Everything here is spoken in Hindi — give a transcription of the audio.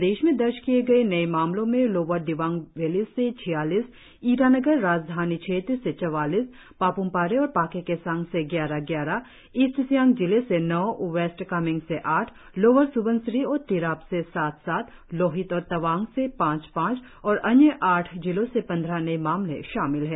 प्रदेश में दर्ज किए गए नए मामलों में लोअर दिबांग वैली से छियालीस ईटानगर राजधानी क्षेत्र से चवालीस पाप्मपारे और पाके केसांग से ग्यारह ग्यारह ईस्ट सियांग जिले से नौ वैस्ट कामेंग से आठ लोअर स्बनसिरी और तिराप से सात सात लोहित और तवांग से पांच पांच और अन्य आठ जिलों से पंद्रह नए मामले शामिल है